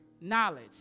knowledge